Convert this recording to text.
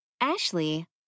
Ashley